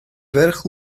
ferch